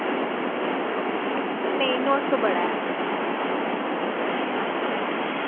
नेईं नौ सौ बड़ा ऐ